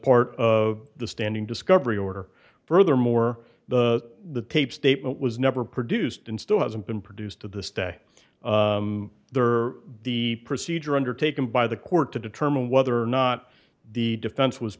part of the standing discovery order furthermore the the tape statement was never produced and still hasn't been produced to this day the procedure undertaken by the court to determine whether or not the defense was